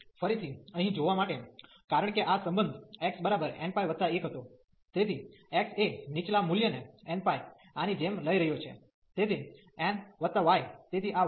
તેથી ફરીથી અહીં જોવા માટે કારણ કે આ સંબંધ x nπ 1 હતો તેથી x એ નીચલા મૂલ્યને nπ આની જેમ લઈ રહ્યો છે તેથી n y